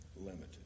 limited